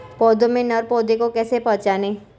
पौधों में नर पौधे को कैसे पहचानें?